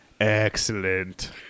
Excellent